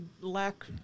lack